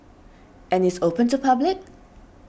and it's open to public